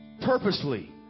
purposely